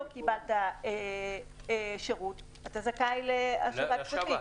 לא קיבלת שירות, אתה זכאי להשבה.